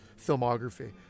filmography